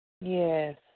Yes